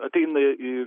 ateina į